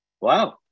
Wow